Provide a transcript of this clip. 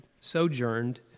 sojourned